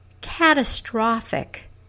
catastrophic